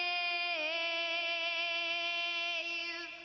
a